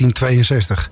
1962